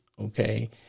Okay